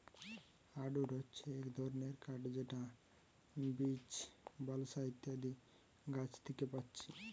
hardwood হচ্ছে এক ধরণের কাঠ যেটা বীচ, বালসা ইত্যাদি গাছ থিকে পাচ্ছি